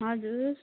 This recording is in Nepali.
हजुर